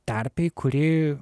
terpėj kuri